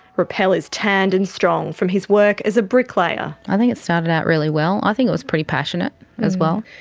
rappel is tanned and strong, from his work as a bricklayer. i think it started out really well, i think it was pretty passionate as well.